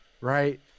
right